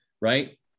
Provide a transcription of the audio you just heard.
right